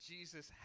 Jesus